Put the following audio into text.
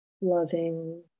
loving